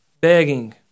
begging